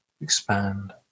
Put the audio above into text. expand